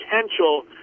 potential